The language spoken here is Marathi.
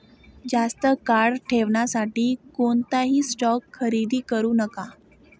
जास्त काळ ठेवण्यासाठी कोणताही स्टॉक खरेदी करू नका